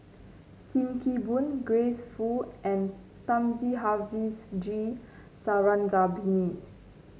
Sim Kee Boon Grace Fu and Thamizhavel G Sarangapani